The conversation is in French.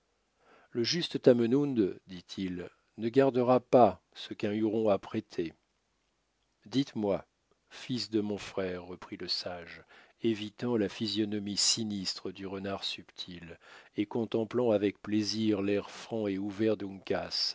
le juste tamenund dit-il ne gardera pas ce qu'un huron a prêté dites-moi fils de mon frère reprit le sage évitant la physionomie sinistre du renard subtil et contemplant avec plaisir l'air franc et ouvert